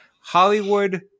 hollywood